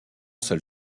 seul